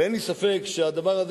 ואין לי ספק שהדבר הזה,